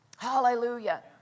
Hallelujah